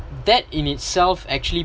that in itself actually